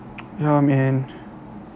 ya man